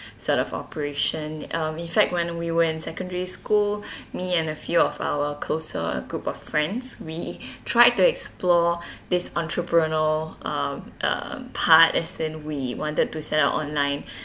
sort of operation um in fact when we were in secondary school me and a few of our closer group of friends we tried to explore this entrepreneur um um part as in we wanted to set up online